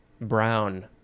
Brown